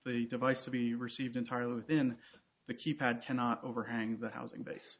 device to be received entirely within the keypad cannot overhang the housing base